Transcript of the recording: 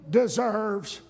deserves